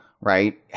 right